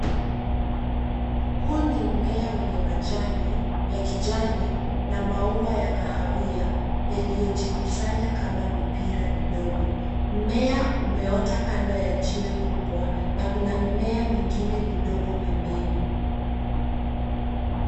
Huu ni mmea wenye majani, ya kijani, na maua ya kahawia, yaliyojikusanya kama mipira midogo. Mmea umeota kando ya jiwe kubwa na kuna mimea mingine midogo pembeni.